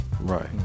right